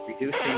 reducing